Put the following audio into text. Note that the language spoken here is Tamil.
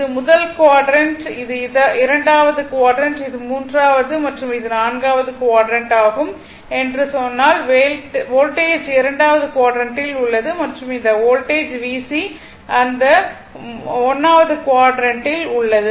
இது முதல் குவாட்ரண்ட் இது இரண்டாவது குவாட்ரண்ட் இது மூன்றாவது மற்றும் இது நான்காவது குவாட்ரண்ட் ஆகும் என்று சொன்னால் வோல்டேஜ் இரண்டாவது குவாட்ரண்ட்டில் உள்ளது மற்றும் இந்த வோல்டேஜ் VC அந்த 1 வது குவாட்ரண்ட்டில் உள்ளது